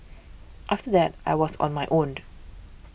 after that I was on my own